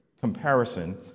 comparison